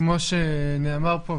כמו שנאמר פה,